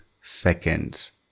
seconds